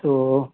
تو